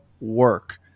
work